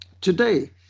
Today